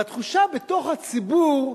והתחושה בתוך הציבור,